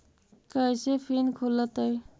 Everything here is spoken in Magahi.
कैसे फिन खुल तय?